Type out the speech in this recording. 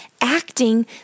acting